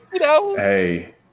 Hey